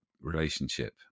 relationship